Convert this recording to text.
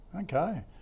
Okay